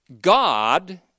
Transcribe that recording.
God